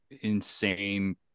insane